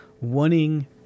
wanting